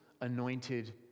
anointed